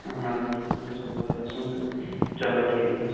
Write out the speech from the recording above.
اَہن حظ ڈِسکاونٹ گژھِ تھوڑا گژھُن تہٕ چلو ٹھیٖک حظ چھُ